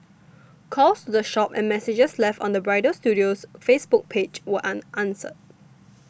calls the shop and messages left on the bridal studio's Facebook page were unanswered